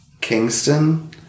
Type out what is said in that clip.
Kingston